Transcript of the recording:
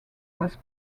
was